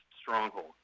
stronghold